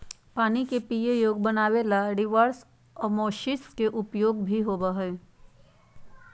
पानी के पीये योग्य बनावे ला रिवर्स ओस्मोसिस के उपयोग भी होबा हई